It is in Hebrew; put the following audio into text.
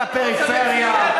על הפריפריה,